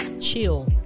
chill